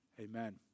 Amen